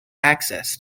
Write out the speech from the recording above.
access